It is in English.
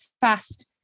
fast